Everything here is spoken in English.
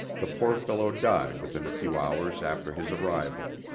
the poor fellow died within a few hours after his arrival.